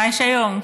מה יש היום?